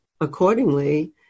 accordingly